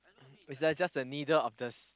it's like just the needle of this